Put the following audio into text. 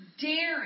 daring